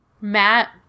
Matt